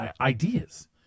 ideas